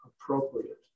appropriate